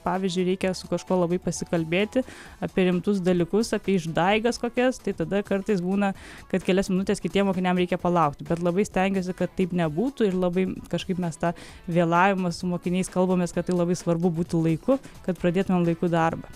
pavyzdžiui reikia su kažkuo labai pasikalbėti apie rimtus dalykus apie išdaigas kokias tai tada kartais būna kad kelias minutes kitiem mokiniam reikia palaukti bet labai stengiuosi kad taip nebūtų ir labai kažkaip mes tą vėlavimą su mokiniais kalbamės kad tai labai svarbu būtų laiku kad pradėtumėm laiku darbą